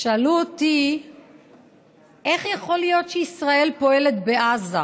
שאלו אותי איך יכול להיות שישראל פועלת בעזה,